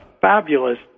fabulous